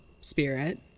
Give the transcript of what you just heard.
spirit